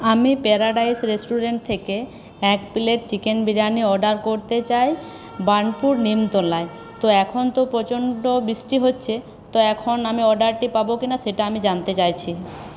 আমি Paradise restaurant থেকে এক প্লেট চিকেন বিরিয়ানি অর্ডার করতে চাই বানপুর নিমতলায় তো এখন তো প্রচন্ড বৃষ্টি হচ্ছে তো এখন আমি অর্ডারটি পাবো কিনা সেটা আমি জানতে চাইছি